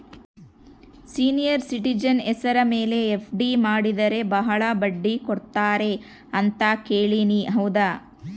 Senior citizen ಹೆಸರ ಮೇಲೆ FD ಮಾಡಿದರೆ ಬಹಳ ಬಡ್ಡಿ ಕೊಡ್ತಾರೆ ಅಂತಾ ಕೇಳಿನಿ ಹೌದಾ?